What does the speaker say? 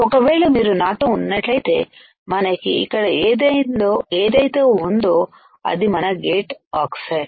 ఒకవేళ మీరు నాతో ఉన్నట్లయితే మనకి ఇక్కడ ఏదైతే ఉందో అది మన గేట్ ఆక్సైడ్